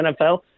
NFL